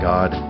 God